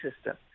system